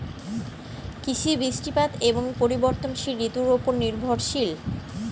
কৃষি বৃষ্টিপাত এবং পরিবর্তনশীল ঋতুর উপর নির্ভরশীল